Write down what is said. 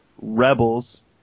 Rebels